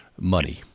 money